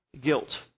Guilt